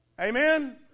Amen